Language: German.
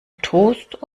toast